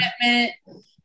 commitment